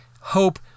hope